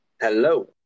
Hello